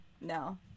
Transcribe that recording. no